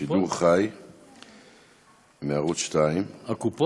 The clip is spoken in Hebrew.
שידור חי מערוץ 2. הקופות?